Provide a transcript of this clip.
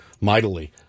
mightily